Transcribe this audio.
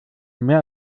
mehr